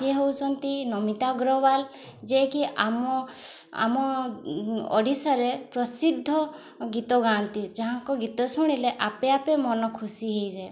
ସେ ହେଉଛନ୍ତି ନମିତା ଅଗ୍ରୱାଲ ଯେକି ଆମ ଆମ ଓଡ଼ିଶାରେ ପ୍ରସିଦ୍ଧ ଗୀତ ଗାଆନ୍ତି ଯାହାଙ୍କ ଗୀତ ଶୁଣିଲେ ଆପେ ଆପେ ମନ ଖୁସି ହେଇଯାଏ